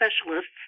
specialists